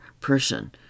person